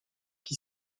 qui